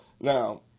Now